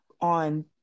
on